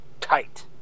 tight